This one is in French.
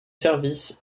services